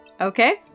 Okay